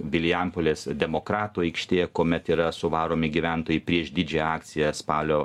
vilijampolės demokratų aikštė kuomet yra suvaromi gyventojai prieš didžiąją akciją spalio